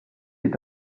est